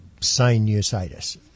sinusitis